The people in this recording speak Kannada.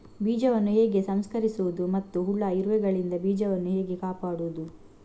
ಬೀಜವನ್ನು ಹೇಗೆ ಸಂಸ್ಕರಿಸುವುದು ಮತ್ತು ಹುಳ, ಇರುವೆಗಳಿಂದ ಬೀಜವನ್ನು ಹೇಗೆ ಕಾಪಾಡುವುದು?